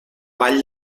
vall